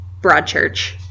Broadchurch